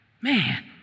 Man